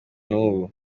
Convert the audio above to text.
n’ubu